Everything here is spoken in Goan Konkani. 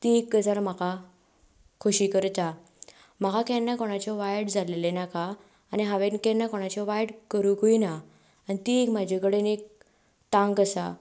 ती एक गजाल म्हाका खोशी करता म्हाका केन्ना कोणाचें वायट जाल्ललें नाका आनी हांवें केन्ना कोणाचें वायट करुंकूय ना आनी ती एक म्हजे कडेन एक तांक आसा